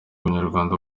banyarwanda